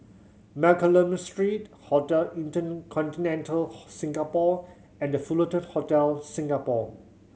Mccallum Street Hotel InterContinental Singapore and The Fullerton Hotel Singapore